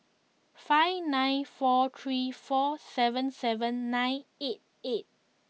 five nine four three four seven seven nine eight eight